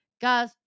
guys